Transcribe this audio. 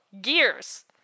gears